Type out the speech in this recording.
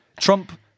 Trump